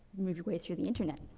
move your way through the internet.